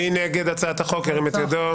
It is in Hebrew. מי נגד הצעת החוק, ירים את ידו?